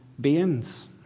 beings